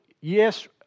yes